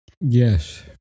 Yes